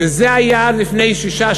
שהיה עד לפני שישה,